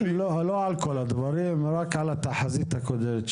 לא, לא על כל הדברים, רק על התחזית הקודרת שלו.